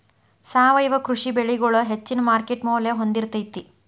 ಸಾವಯವ ಕೃಷಿ ಬೆಳಿಗೊಳ ಹೆಚ್ಚಿನ ಮಾರ್ಕೇಟ್ ಮೌಲ್ಯ ಹೊಂದಿರತೈತಿ